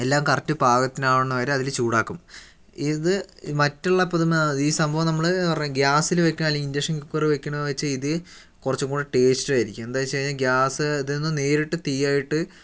എല്ലാം കറക്റ്റ് പാകത്തിന് ആവണ വരെ അതില് ചൂടാക്കും ഇത് മറ്റുള്ള പുതുമ ഈ സംഭവം നമ്മളെന്ന് പറഞ്ഞാൽ ഗ്യാസില് വയ്ക്കുക അല്ലെങ്കിൽ ഇൻഡക്ഷൻ കുക്കർ വക്കണ വച്ചാൽ ഇതി കുറച്ചും കൂടെ ടേസ്റ്റുവായിരിക്കും എന്താന്ന് വച്ച് കഴിഞ്ഞാൽ ഗ്യാസ്ന്ന് നേരിട്ട് തീയായിട്ട്